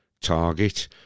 target